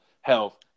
health